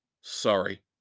sorry